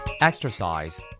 Exercise